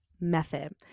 method